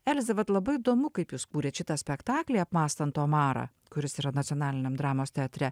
elze vat labai įdomu kaip jūs kūrėt šitą spektaklį apmąstant omarą kuris yra nacionaliniam dramos teatre